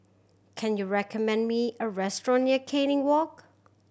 can you recommend me a restaurant near Canning Walk